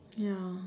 ya